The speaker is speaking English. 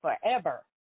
forever